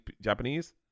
japanese